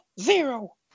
zero